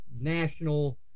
national